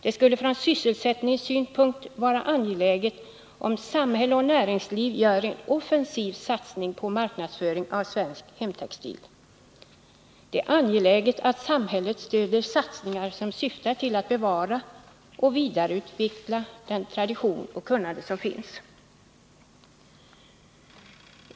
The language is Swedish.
Det skulle från sysselsättningssynpunkt vara angeläget att samhälle och näringsliv gör en offensiv satsning på marknadsföring av svensk hemtextil. Det är angeläget att samhället stöder satsningar som syftar till att bevara och vidareutveckla den tradition och det kunnande som finns.